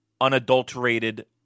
unadulterated